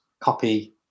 copy